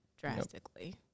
drastically